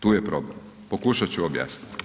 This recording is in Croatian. Tu je problem pokušat ću objasnit.